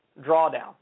drawdown